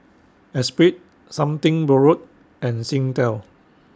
Espirit Something Borrowed and Singtel